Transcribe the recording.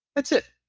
that's it.